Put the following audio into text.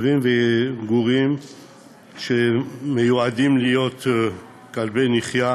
כלבים וגורים שמיועדים להיות כלבי נחייה